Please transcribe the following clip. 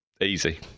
Easy